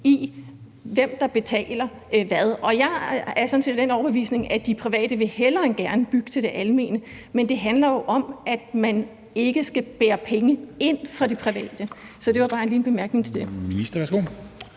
i, hvem der betaler hvad. Og jeg er sådan set af den overbevisning, at de private hellere end gerne vil bygge til det almene, men det handler jo om, at man ikke skal bære penge ind fra de private. Så det var bare en lille bemærkning til det.